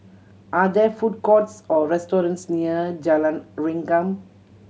are there food courts or restaurants near Jalan Rengkam